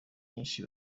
nyinshi